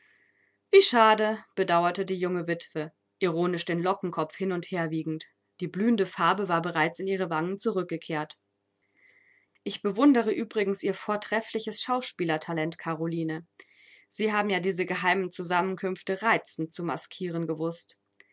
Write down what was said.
wie schade bedauerte die junge witwe ironisch den lockenkopf hin und her wiegend die blühende farbe war bereits in ihre wangen zurückgekehrt ich bewundere übrigens ihr vortreffliches schauspielertalent karoline sie haben ja diese geheimen zusammenkünfte reizend zu maskieren gewußt